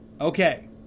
okay